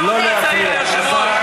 לא להפריע.